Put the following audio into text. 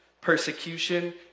persecution